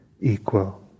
equal